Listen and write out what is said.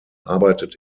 arbeitet